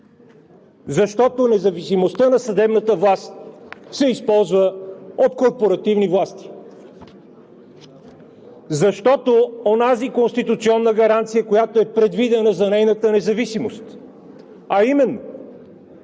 Защото независимостта на съдебната власт се използва от корпоративни власти. Защото онази конституционна гаранция, която е предвидена за нейната независимост, а именно